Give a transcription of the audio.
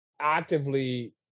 actively